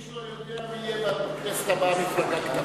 איש לא יודע מי יהיה בכנסת הבאה מפלגה קטנה.